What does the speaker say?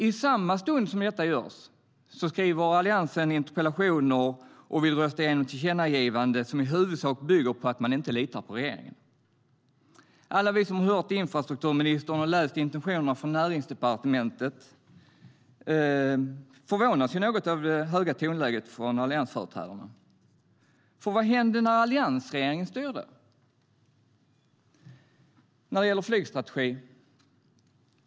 I samma stund som detta görs skriver Alliansen interpellationer och vill rösta igenom ett tillkännagivande som i huvudsak bygger på att man inte litar på regeringen. Alla vi som har hört infrastrukturministern och läst intentionerna från Näringsdepartementet förvånas något över det höga tonläget från alliansföreträdarna. Vad hände när alliansregeringen styrde när det gällde flygstrategi?